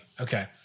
Okay